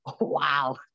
wow